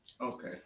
okay